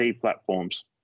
platforms